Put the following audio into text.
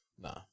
Nah